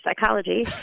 psychology